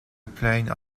plaignent